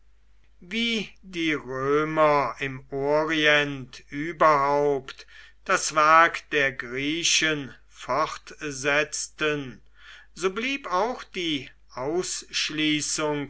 wie die römer im orient überhaupt das werk der griechen fortsetzten so blieb auch die